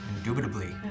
Indubitably